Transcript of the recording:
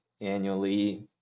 annually